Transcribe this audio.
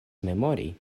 memori